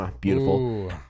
Beautiful